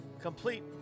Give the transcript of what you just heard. Complete